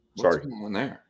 Sorry